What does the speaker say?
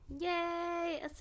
Yay